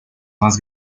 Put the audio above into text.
más